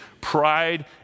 Pride